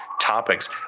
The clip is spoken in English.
topics